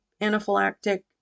anaphylactic